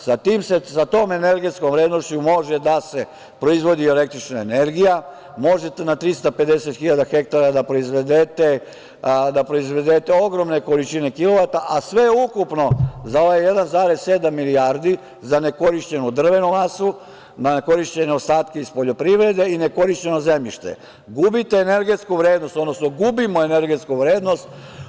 Sa tom energetskom vrednošću može da se proizvodi električne energija, može na 350 hiljada hektara da proizvedete ogromne količine kilovata, a sve ukupno za ovo 1,7 milijardi, za nekorišćenu drvenu masu, za nekorišćene ostatke iz poljoprivrede i nekorišćeno zemljišta gubite energetsku vrednost, odnosno gubimo energetsku vrednost.